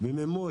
במימוש.